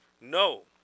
No